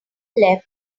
left